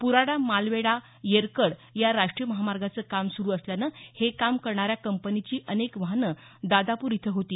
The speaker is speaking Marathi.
पुराडा मालेवाडा येरकड या राष्ट्रीय महामार्गाचं काम सुरु असल्यानं हे काम करणाऱ्या कंपनीची अनेक वाहनं दादापूर इथं होती